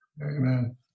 Amen